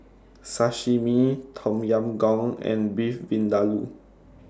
Sashimi Tom Yam Goong and Beef Vindaloo